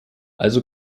also